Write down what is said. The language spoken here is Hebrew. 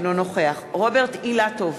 אינו נוכח רוברט אילטוב,